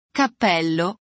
cappello